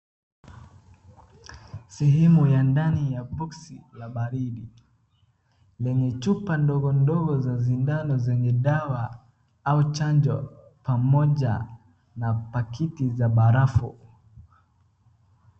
Sehemu ya ndani ya boksi la baridi lenye chupa ndogo ndogo za sindano zenye dawa au chanjo pamoja na pakiti za barafu.